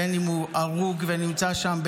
בין שהוא הרוג ונמצא שם,